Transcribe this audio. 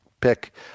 pick